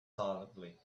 silently